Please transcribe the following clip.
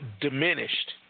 diminished